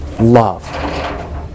love